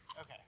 okay